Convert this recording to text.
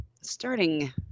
Starting